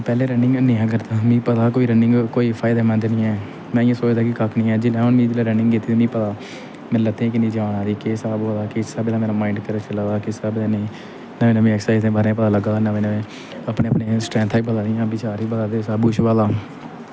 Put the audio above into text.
पैह्लें रनिंग नेईं करदा हा मिगी पता हा रनिंग फायदेमंद नेईं ऐ में सोचदा हा कक्ख निं ऐ में हून रनिंग कीती ते मिगी पता ऐ मेरी लत्तें गी किन्नी जान आदी केह् हिसाब होऐ दा किस हिसाबे दा माइंड चला दा केह् नेईं ऐक्सरसाइज दे बारे च पता लग्गा दा नमें नमें अपने अपने स्ट्रैंथ दा पता ते सब कुछ होआ दा